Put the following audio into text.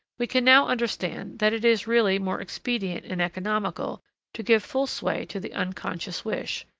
we can now understand that it is really more expedient and economical to give full sway to the unconscious wish,